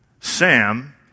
Sam